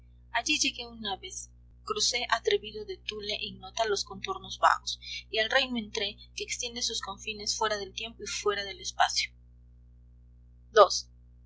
allí llegué una vez crucé atrevido de thule ignota los contornos vagos y al reino entré que extiende sus confines fuera del tiempo y fuera del espacio